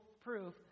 proof